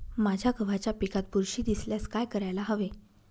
माझ्या गव्हाच्या पिकात बुरशी दिसल्यास काय करायला हवे?